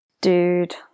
Dude